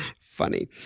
Funny